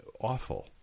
Awful